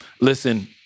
Listen